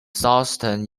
southern